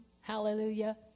Hallelujah